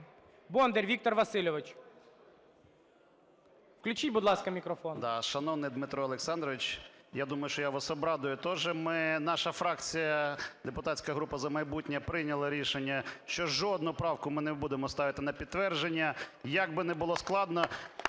Бондар Віктор Васильович. Включіть, будь ласка, мікрофон.